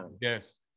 yes